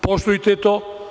Poštujte to.